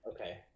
okay